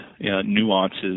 nuances